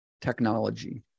technology